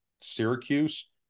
Syracuse